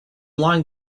lying